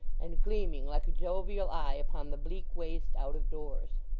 and gleaming like a jovial eye upon the bleak waste out of doors!